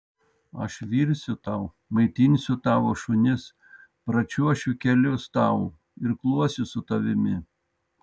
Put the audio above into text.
aš virsiu tau maitinsiu tavo šunis pračiuošiu kelius tau irkluosiu su tavimi